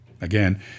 Again